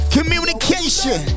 Communication